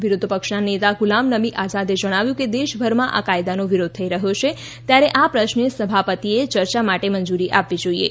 વિરોધપક્ષના નેતા ગુલામનબી આઝાદે જણાવ્યું કે દેશભરમાં આ કાયદાનો વિરોધ થઇ રહ્યો છે ત્યારે આ પ્રશ્ને સભાપતિએ ચર્ચા માટે મંજુરી આપવી જોઇએ